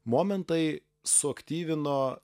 momentai suaktyvino